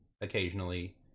occasionally